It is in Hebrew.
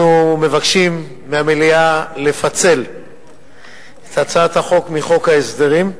אנחנו מבקשים מהמליאה לפצל את הצעת החוק מחוק ההסדרים,